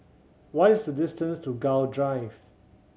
what is the distance to Gul Drive